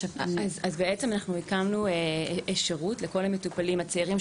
אנחנו הקמנו שירות שהוא בעצם לכל המטופלים הצעירים,